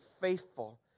faithful